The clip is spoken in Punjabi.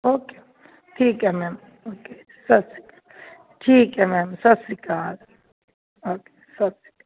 ਓਕੇ ਠੀਕ ਹੈ ਮੈਮ ਓਕੇ ਸਤਿ ਸ਼੍ਰੀ ਅਕਾਲ ਠੀਕ ਹੈ ਮੈਮ ਸਤਿ ਸ਼੍ਰੀ ਅਕਾਲ ਓਕੇ ਓਕੇ